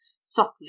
softly